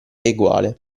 eguale